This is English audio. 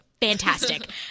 fantastic